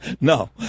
No